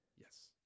Yes